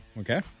okay